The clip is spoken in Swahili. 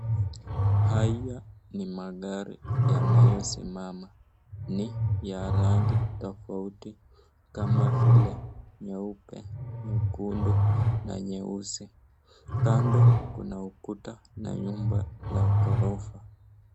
Haya ni magari yanayosimama ni ya rangi tafauti kama vile nyeupe , nyekundu na nyeusi kando kuna ukuta na nyumba la ghorofa.